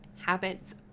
habits